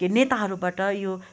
नेताहरूबाट यो